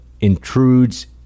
intrudes